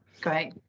great